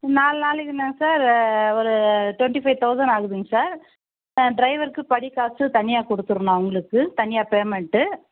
நாலு நாளைக்குன்னா சார் ஒரு ட்வெண்ட்டி ஃபைவ் தௌசண்ட் ஆகுதுங்க சார் டிரைவருக்கு படிக்காசு தனியாக கொடுத்துர்ணும் அவங்களுக்கு தனியாக பேமெண்ட்டு